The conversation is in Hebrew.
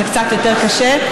זה קצת יותר קשה.